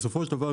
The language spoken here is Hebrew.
בסופו של דבר,